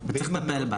וצריך לטפל בה.